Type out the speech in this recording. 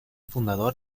fundador